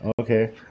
okay